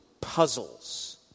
puzzles